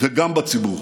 וגם בציבור.